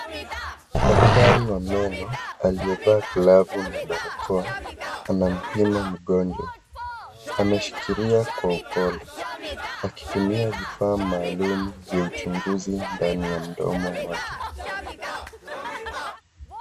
Daktari wa meno aliyevaa glovu na barakoa. Anampima mgonjwa. Ameshikilia kwa upole, akitumia vifaa maalum vya uchunguzi ndani ya mdomo wake.